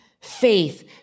faith